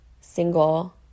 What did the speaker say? single